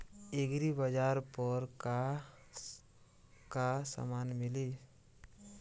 एग्रीबाजार पर का का समान मिली?